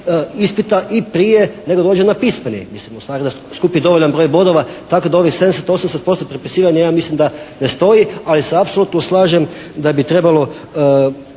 ispita i prije nego što dođe na pismeni. Mislim ustvari da skupi dovoljan broj bodova tako da ovih 70, 80% prepisivanja ja mislim da ne stoji. Ali se apsolutno slažem da bi trebalo